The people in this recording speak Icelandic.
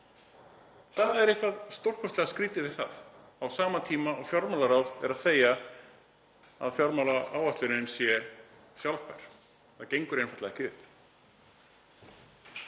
Það er eitthvað stórkostlega skrýtið við það á sama tíma og fjármálaráð er að segja að fjármálaáætlun sé sjálfbær. Það gengur einfaldlega ekki upp.